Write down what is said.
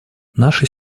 наши